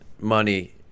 money